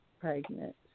pregnant